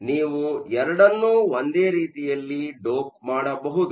ಆದ್ದರಿಂದ ನೀವು ಎರಡನ್ನೂ ಒಂದೇ ರೀತಿಯಲ್ಲಿ ಡೋಪ್ ಮಾಡಬಹುದು